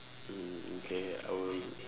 mm okay I will